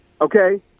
Okay